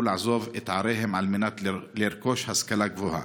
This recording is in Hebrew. לעזוב את עריהם על מנת לרכוש השכלה גבוהה.